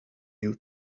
new